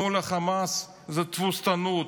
מול החמאס זאת תבוסתנות,